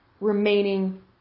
remaining